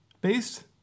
based